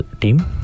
team